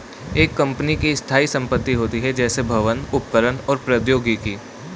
एक कंपनी की स्थायी संपत्ति होती हैं, जैसे भवन, उपकरण और प्रौद्योगिकी